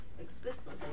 explicitly